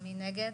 מי נגד?